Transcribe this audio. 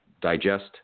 digest